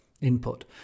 input